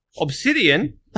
Obsidian